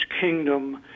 kingdom